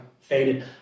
faded